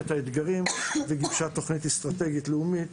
את האתגרים וגיבשה תכנית אסטרטגית לאומית